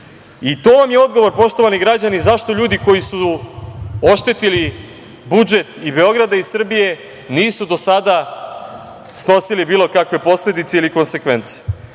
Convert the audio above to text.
To vam je odgovor, poštovani građani, zašto ljudi koji su oštetili budžet i Beograda i Srbije nisu do sada snosili bilo kakve posledice ili konsekvence. Uveren